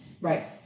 Right